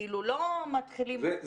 נכון.